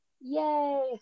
Yay